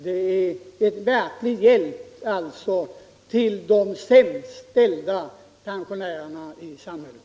Det är alltså en verklig hjälp till de sämst ställda pensionärerna i samhället.